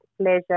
pleasure